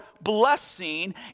blessing